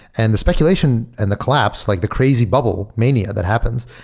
and the speculation and the collapse, like the crazy bubble mania that happened,